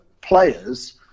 players